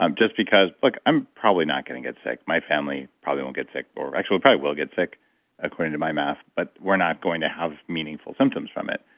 just because. like i'm probably not going to get sick. my family probably won't get sick, or actually probably will get sick according to my math, but we're not going to have meaningful symptoms from it.